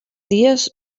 dies